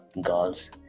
girls